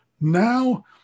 now